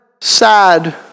sad